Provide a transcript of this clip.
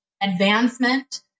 advancement